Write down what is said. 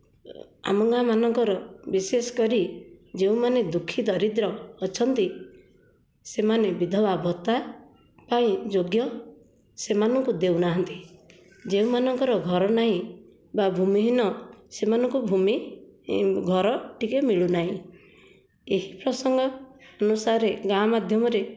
ଆମ ଗାଁ ମାନଙ୍କର ବିଶେଷ କରି ଯେଉଁମାନେ ଦୁଖୀ ଦରିଦ୍ର ଅଛନ୍ତି ସେମାନେ ବିଧବା ଭତ୍ତା ପାଇଁ ଯୋଗ୍ୟ ସେମାନଙ୍କୁ ଦେଉନାହାଁନ୍ତି ଯେଉଁମାନଙ୍କର ଘର ନାହିଁ ବା ଭୂମି ହୀନ ସେମାନଙ୍କୁ ଭୂମି ଘର ଟିକେ ମିଳୁନାହିଁ ଏହି ପ୍ରସଙ୍ଗ ଅନୁସାରେ ଗାଁ ମାଧ୍ୟମରେ